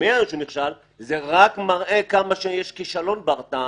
אומר שהוא נכשל זה רק מראה כמה שיש כישלון בהרתעה,